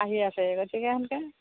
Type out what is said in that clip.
আহি আছে গতিকে সেনকে